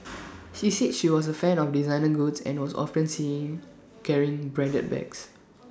he said she was A fan of designer goods and was often seen carrying branded bags